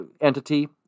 entity